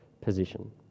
position